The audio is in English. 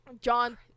John